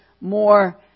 more